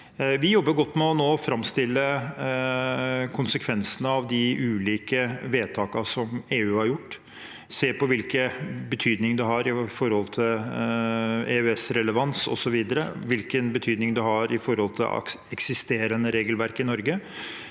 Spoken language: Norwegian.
Vi jobber godt med nå å framstille konsekvensene av de ulike vedtakene som EU har gjort, se på hvilken betydning det har i forhold til EØS-relevans osv., og hvilken betydning det har i forhold til eksisterende regelverk i Norge.